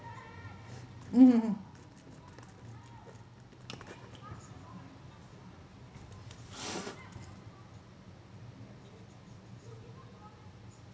mm mm mm